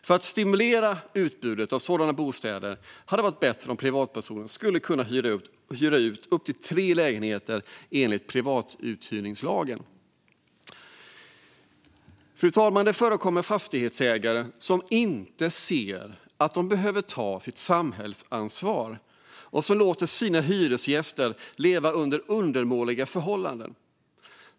För att stimulera utbudet av sådana bostäder, hade det varit bättre om privatpersoner skulle kunna hyra ut upp till tre lägenheter enligt privatuthyrningslagen. Fru talman! Det förekommer fastighetsägare som inte ser att de behöver ta sitt samhällsansvar och låter sina hyresgäster leva under undermåliga förhållanden.